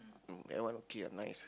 um that one okay ah nice